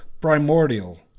primordial